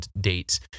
dates